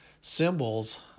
symbols